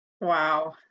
Wow